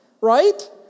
Right